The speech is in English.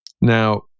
Now